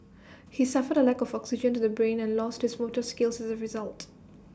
he suffered A lack of oxygen to the brain and lost his motor skills as A result